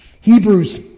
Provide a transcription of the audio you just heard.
Hebrews